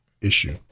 issue